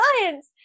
science